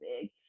big